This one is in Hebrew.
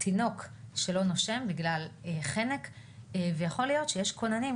תינוק שלא נושם בגלל חנק ויכול להיות שיש כוננים,